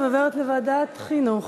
לוועדת החינוך,